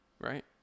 Right